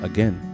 Again